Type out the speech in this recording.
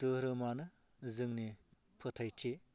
धोरोमानो जोंनि फोथायथि